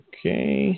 Okay